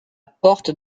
porte